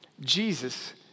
Jesus